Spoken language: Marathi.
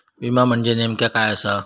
विमा म्हणजे नेमक्या काय आसा?